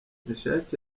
mechack